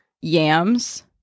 yams